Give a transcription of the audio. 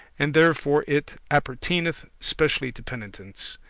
and therefore it appertaineth specially to penitence.